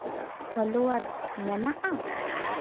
flowers ᱢᱮᱱᱟᱜᱼᱟ